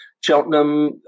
Cheltenham